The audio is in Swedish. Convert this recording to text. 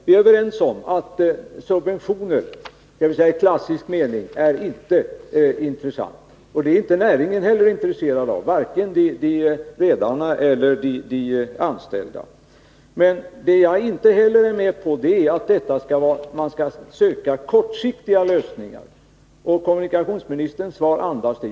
Vi är överens om att subventioner, skall vi säga i klassisk mening, inte är intressanta i detta fall. Sådana är inte heller näringen intresserad av — varken redarna eller de anställda. Men vad jag inte håller med om är att vi skall söka sådana kortsiktiga lösningar som kommunikationsministerns svar andas.